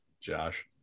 Josh